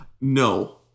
no